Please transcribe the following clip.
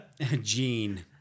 gene